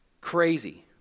Crazy